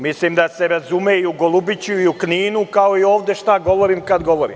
Mislim da se razumeju golubići u Kninu, kao i ovde šta govorim kada govorim.